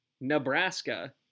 Nebraska